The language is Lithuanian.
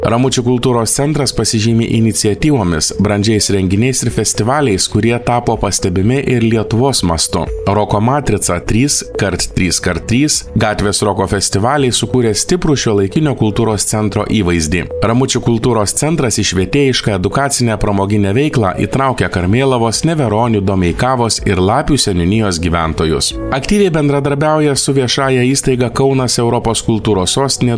ramučių kultūros centras pasižymi iniciatyvomis brandžiais renginiais ir festivaliais kurie tapo pastebimi ir lietuvos mastu roko matrica trys kart trys kart trys gatvės roko festivaliai sukūrė stiprų šiuolaikinio kultūros centro įvaizdį ramučių kultūros centras į švietėjišką edukacinę pramoginę veiklą įtraukė karmėlavos neveronių domeikavos ir lapių seniūnijos gyventojus aktyviai bendradarbiauja su viešąja įstaiga kaunas europos kultūros sostinė